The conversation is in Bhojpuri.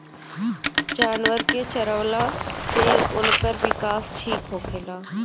जानवर के चरवला से उनकर विकास ठीक होखेला